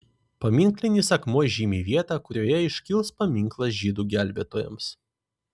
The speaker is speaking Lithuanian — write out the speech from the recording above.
paminklinis akmuo žymi vietą kurioje iškils paminklas žydų gelbėtojams